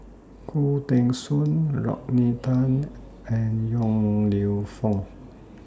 Khoo Teng Soon Rodney Tan and Yong Lew Foong